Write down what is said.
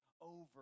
over